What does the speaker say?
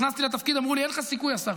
כשנכנסתי לתפקיד אמרו לי: אין לך סיכוי, השר.